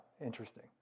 interesting